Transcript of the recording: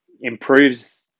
improves